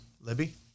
Libby